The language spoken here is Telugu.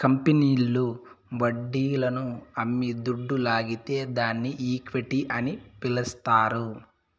కంపెనీల్లు వడ్డీలను అమ్మి దుడ్డు లాగితే దాన్ని ఈక్విటీ అని పిలస్తారు